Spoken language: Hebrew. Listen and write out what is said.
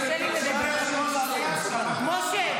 משה,